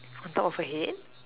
on top of her head